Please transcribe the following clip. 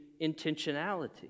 intentionality